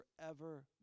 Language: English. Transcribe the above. forever